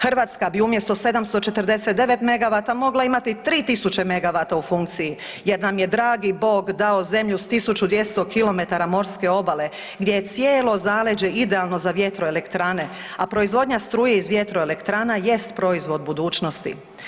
Hrvatska bi umjesto 749 megavata mogla imati 3.000 megavata u funkciji jer nam je dragi Bog dao zemlju s 1200 km morske obale gdje je cijelo zaleđe idealno za vjetroelektrane, a proizvodnja struje iz VE je proizvod budućnosti.